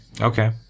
okay